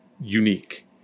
unique